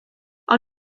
ond